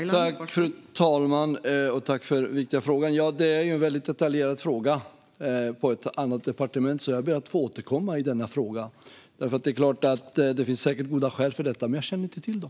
Fru talman! Tack för den viktiga frågan! Det är en väldigt detaljerad fråga som hör till ett annat departement, så jag ber att få återkomma. Det finns säkert goda skäl för detta, men jag känner inte till dem.